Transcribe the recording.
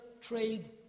trade